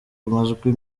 majwi